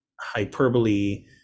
hyperbole